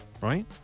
right